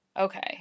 Okay